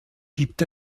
gibt